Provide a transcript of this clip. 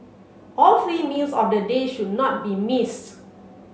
all three meals of the day should not be missed